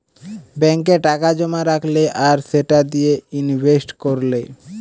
ব্যাংকে টাকা জোমা রাখলে আর সেটা দিয়ে ইনভেস্ট কোরলে